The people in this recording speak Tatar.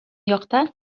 якта